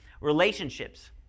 relationships